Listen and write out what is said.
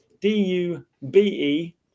d-u-b-e